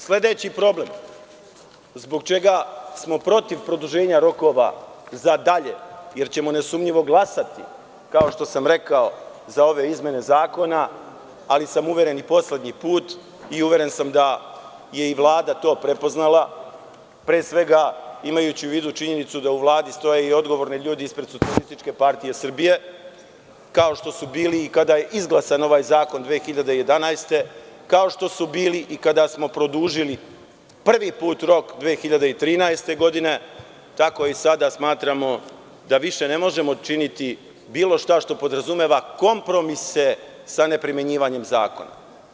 Sledeći problem zbog čega smo protiv produženja rokova za dalje, jer ćemo nesumnjivo glasati, kao što sam rekao za ove izmene Zakona, ali sam uveren i poslednji put i uveren sam da je i Vlada to prepoznala, pre svega imajući u vidu činjenicu da u Vladi stoje i odgovorni ljudi ispred Socijalističke partije Srbije, kao što su bili i kada je izglasan ovaj zakon 2011. godine, kao što su bili i kada smo produžili prvi put rok 2013. godine, tako i sada smatramo da više ne možemo činiti bilo šta, što podrazumeva kompromise sa neprimenjivanjem zakona.